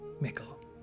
mickle